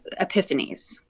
epiphanies